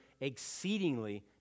exceedingly